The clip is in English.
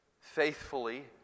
faithfully